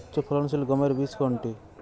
উচ্চফলনশীল গমের বীজ কোনটি?